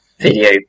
video